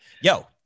Yo